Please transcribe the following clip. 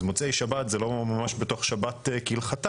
אז מוצאי שבת זה לא ממש בתוך שבת כהלכתה,